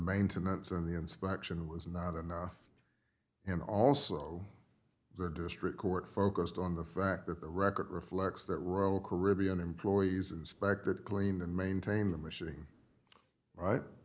maintenance and the inspection was not enough and also the district court focused on the fact that the record reflects that royal caribbean employees inspected clean and maintain the machining right